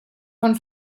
von